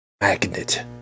magnet